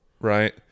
right